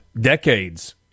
decades